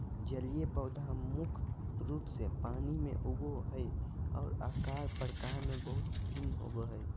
जलीय पौधा मुख्य रूप से पानी में उगो हइ, और आकार प्रकार में बहुत भिन्न होबो हइ